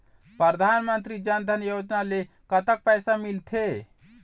परधानमंतरी जन धन योजना ले कतक पैसा मिल थे?